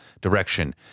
direction